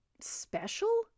special